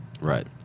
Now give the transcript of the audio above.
Right